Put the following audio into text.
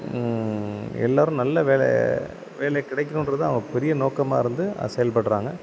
எல்லோரும் நல்ல வேலை வேலை கிடைக்கணுன்றதுதான் அவங்க பெரிய நோக்கமாக இருந்து அதை செயல்படுறாங்க